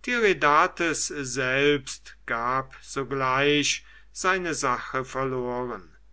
tiridates selbst gab sogleich seine sache verloren